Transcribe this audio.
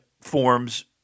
forms